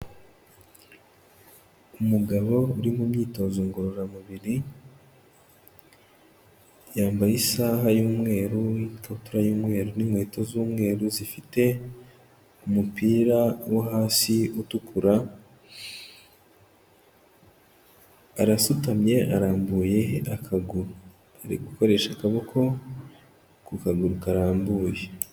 Umugabo uri mu myitozo ngororamubiri, yambaye isaha y'umweru, ikabutura y'umweru n'inkweto z'umweru zifite umupira wo hasi utukura, arasutamye arambuye akaguru ari gukoresha akaboko ku kaguru karambuye.